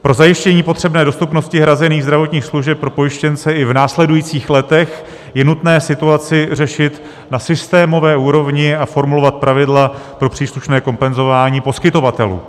Pro zajištění potřebné dostupnosti hrazených zdravotních služeb pro pojištěnce i v následujících letech je nutné situaci řešit na systémové úrovni a formulovat pravidla pro příslušné kompenzování poskytovatelů.